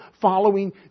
following